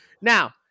Now